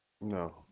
No